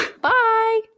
Bye